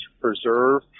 preserve